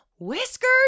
Whiskers